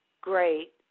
great